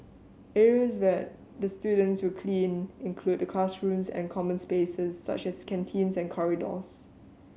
areas that the students will clean include the classrooms and common spaces such as canteens and corridors